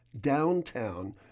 downtown